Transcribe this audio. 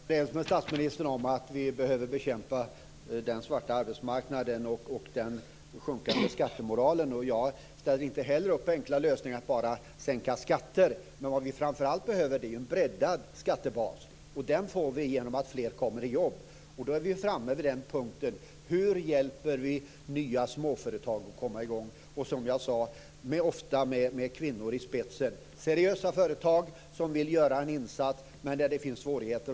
Herr talman! Jag är överens med statsministern om att vi behöver bekämpa den svarta arbetsmarknaden och den sjunkande skattemoralen. Och jag ställer inte heller upp på den enkla lösningen att bara sänka skatter. Men vad vi framför allt behöver är ju en breddad skattebas, och den får vi genom att fler kommer i jobb. Då är vi ju framme vid den punkten att vi måste fråga hur vi hjälper nya småföretag att komma i gång. Och som jag sade har dessa företag ofta kvinnor i spetsen. Det är seriösa företag som vill göra en insats men där det finns svårigheter.